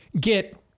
get